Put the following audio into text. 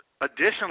Additionally